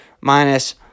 minus